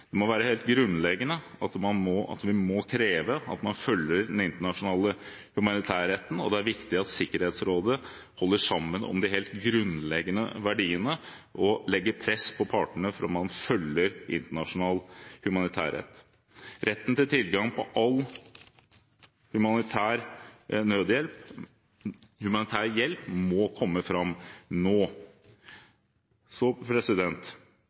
Det må være helt grunnleggende – og vi må kreve – at man følger den internasjonale humanitærretten. Det er viktig at Sikkerhetsrådet holder sammen om de helt grunnleggende verdiene og legger press på partene for at man følger internasjonal humanitærrett, retten til tilgang på humanitær nødhjelp. Humanitær hjelp må komme fram nå.